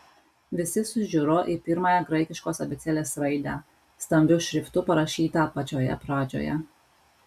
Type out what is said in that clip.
visi sužiuro į pirmąją graikiškos abėcėlės raidę stambiu šriftu parašytą pačioje pradžioje